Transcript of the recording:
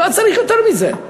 לא צריך יותר מזה.